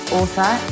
author